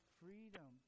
freedom